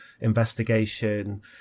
investigation